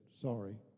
sorry